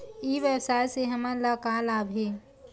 ई व्यवसाय से हमन ला का लाभ हे?